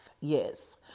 yes